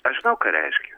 aš žinau ką reiškia